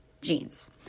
jeans